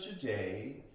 today